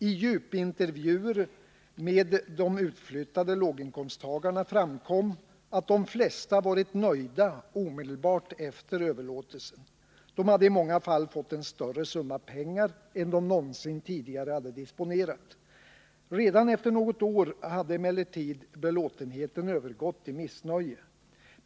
I djupintervjuer med de utflyttade låginkomsttagarna framkom att de flesta varit nöjda omedelbart efter överlåtelsen. De hade i många fall fått en större summa pengar än de någonsin tidigare disponerat. Redan efter något år hade emellertid belåtenheten övergått i missnöje.